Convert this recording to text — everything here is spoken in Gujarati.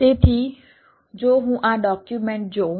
તેથી જો હું આ ડોક્યુમેન્ટ જોઉં